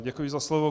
Děkuji za slovo.